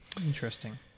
Interesting